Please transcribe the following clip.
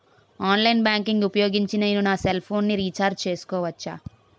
Online banking ఊపోయోగించి నేను నా సెల్ ఫోను ని రీఛార్జ్ చేసుకోవచ్చా?